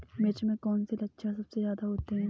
मिर्च में कौन से लक्षण सबसे ज्यादा होते हैं?